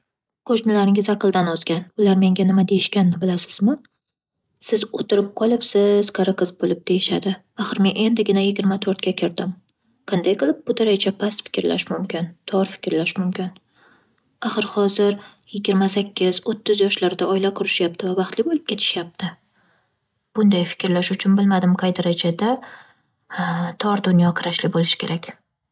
Qo'shnilaringiz aqldan ozgan! Ular menga nima deyishganini bilasizmi!? Siz o'tirib qolibsiz qari qiz bo'lib deyishadi. Axir men endigina yigirma to'rtga kirdim. Qanday qilib bu daraja past fikrlash mumkin, tor fikrlash mumkin? Axir hozir yigirma sakkiz, o'ttiz yoshlarda oila qurishyapti va baxtli bo'lib ketishyapti. Bunday fikrlash uchun bilmadim qay darajada tor dunyoqarashli bo'lish mumkin.